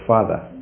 Father